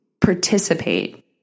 participate